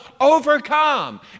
overcome